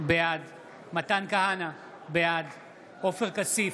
בעד מתן כהנא, בעד עופר כסיף,